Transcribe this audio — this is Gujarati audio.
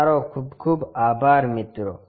તમારો ખુબ ખુબ આભાર મિત્રો